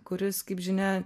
kuris kaip žinia